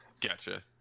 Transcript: gotcha